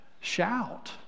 Shout